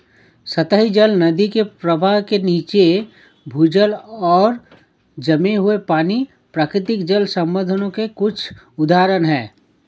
सतही जल, नदी के प्रवाह के नीचे, भूजल और जमे हुए पानी, प्राकृतिक जल संसाधनों के कुछ उदाहरण हैं